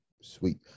sweet